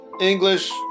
English